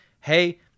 hey